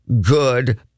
good